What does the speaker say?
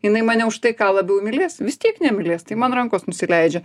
jinai mane už tai ką labiau mylės vis tiek nemylės tai man rankos nusileidžia